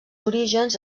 orígens